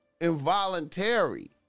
Involuntary